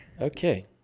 Okay